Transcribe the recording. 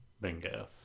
Bingo